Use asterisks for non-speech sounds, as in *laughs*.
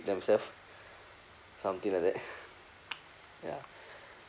themself something like that *laughs* ya